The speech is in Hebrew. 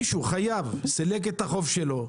חייב שסילק את החוב שלו,